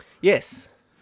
Yes